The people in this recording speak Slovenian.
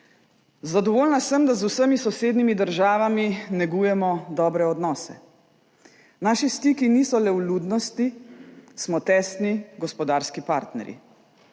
Zadovoljna sem, da z vsemi sosednjimi državami negujemo dobre odnose. Naši stiki niso le vljudnosti, smo tesni gospodarski partnerji.